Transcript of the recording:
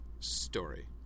Story